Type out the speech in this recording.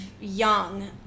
young